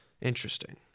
Interesting